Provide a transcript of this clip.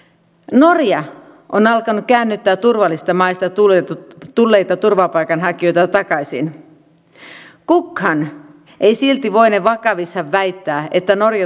hallitus on horjuttanut pahasti poliittisen järjestelmän uskottavuutta kansan silmissä ja siksi se ei nauti eduskunnan luottamusta